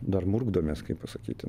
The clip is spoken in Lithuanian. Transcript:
dar murkdomės kaip pasakyti